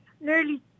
nearly